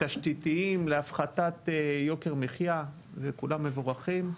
תשתיתיים, להפחתת יוקר המחיה, וכולם מבורכים.